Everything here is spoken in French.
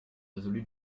résolu